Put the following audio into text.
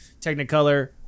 Technicolor